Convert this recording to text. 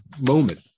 moment